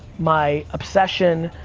my obsession,